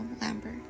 Lambert